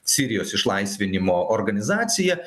sirijos išlaisvinimo organizacija